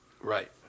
Right